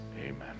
Amen